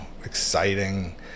exciting